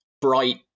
bright